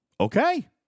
Okay